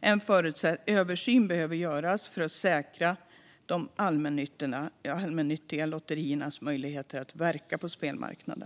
En översyn behöver göras för att säkra de allmännyttiga lotteriernas möjligheter att verka på spelmarknaden.